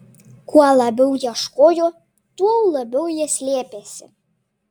kuo labiau ieškojo tuo labiau jie slėpėsi